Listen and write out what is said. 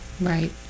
Right